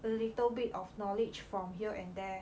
a little bit of knowledge from here and there